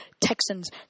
Texans